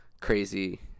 crazy